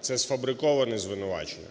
–це сфабриковані звинувачення,